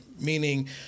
meaning